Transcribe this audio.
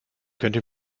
könnte